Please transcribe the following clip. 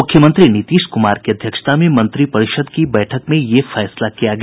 मुख्यमंत्री नीतीश कुमार की अध्यक्षता में मंत्रिपरिषद् की बैठक में ये फैसला किया गया